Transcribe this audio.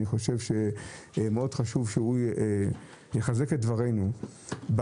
אני חושב שחשוב מאוד שהוא יחזק את דברינו על